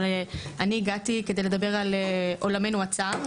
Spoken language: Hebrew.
אני הגעתי כדי לדבר על עולמנו הצר,